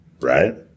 Right